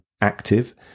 active